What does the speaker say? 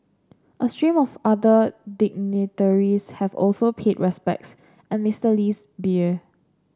a stream of other dignitaries have also pig respects at Mister Lee's bier